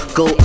go